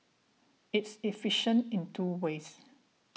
it's efficient in two ways